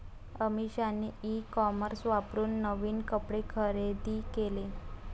अमिषाने e commerce वापरून नवीन कपडे खरेदी केले